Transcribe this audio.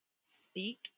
speak